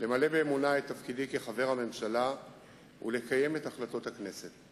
למלא באמונה את תפקידי כחבר הממשלה ולקיים את החלטות הכנסת.